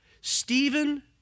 Stephen